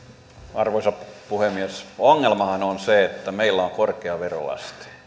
arvoisa puhemies ongelmahan on se että meillä on korkea veroaste